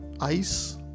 ice